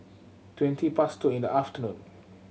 twenty past two in the afternoon